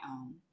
own